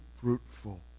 fruitful